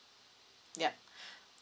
yup